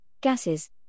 Gases